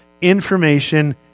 information